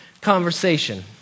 conversation